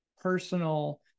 personal